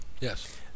Yes